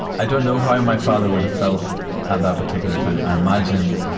i don't know how my father would have felt at that particular time. i imagine,